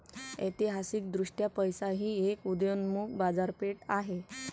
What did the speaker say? ऐतिहासिकदृष्ट्या पैसा ही एक उदयोन्मुख बाजारपेठ आहे